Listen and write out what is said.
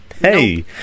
hey